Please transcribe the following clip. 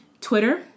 Twitter